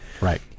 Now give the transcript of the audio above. Right